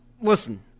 listen